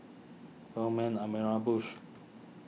Coleman Amira Bush